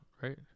right